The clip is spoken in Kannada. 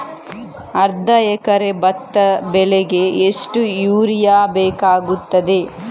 ಅರ್ಧ ಎಕರೆ ಭತ್ತ ಬೆಳೆಗೆ ಎಷ್ಟು ಯೂರಿಯಾ ಬೇಕಾಗುತ್ತದೆ?